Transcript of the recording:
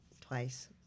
Twice